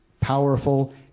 powerful